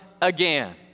again